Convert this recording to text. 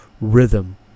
rhythm